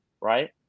right